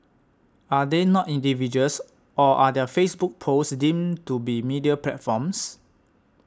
are they not individuals or are their Facebook posts deemed to be media platforms